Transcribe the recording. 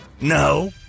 No